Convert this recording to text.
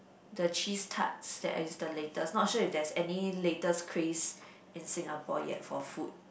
the cheese tarts that is the latest not sure if there's any latest craze in Singapore yet for food